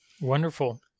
Wonderful